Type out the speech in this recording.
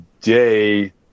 day